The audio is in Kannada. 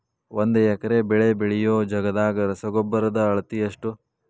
ಒಂದ್ ಎಕರೆ ಬೆಳೆ ಬೆಳಿಯೋ ಜಗದಾಗ ರಸಗೊಬ್ಬರದ ಅಳತಿ ಎಷ್ಟು?